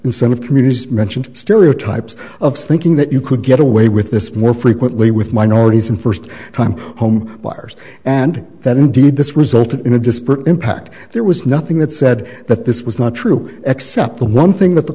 incentive communities mentioned stereotypes of thinking that you could get away with this more frequently with minorities and first time home buyers and that indeed this resulted in a disparate impact there was nothing that said that this was not true except the one thing that the